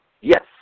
Yes